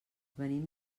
venim